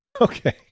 Okay